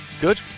Good